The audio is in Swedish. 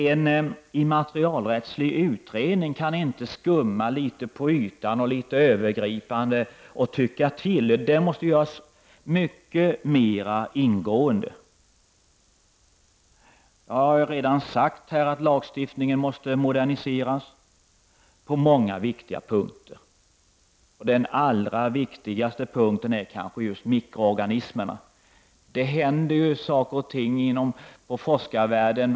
En immaterialrättslig utredning kan inte skumma på ytan och bara tycka till. Det måste göras ett mycket mera ingående arbete. Jag har redan sagt att lagstiftningen måste moderniseras på många viktiga punkter. Den allra viktigaste punkten är kanske frågan om mikroorganismerna. Det händer ju saker och ting varje dag inom forskarvärlden.